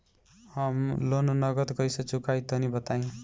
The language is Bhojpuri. हम लोन नगद कइसे चूकाई तनि बताईं?